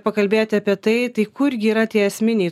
pakalbėti apie tai tai kurgi yra tie esminiai